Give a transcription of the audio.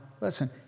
listen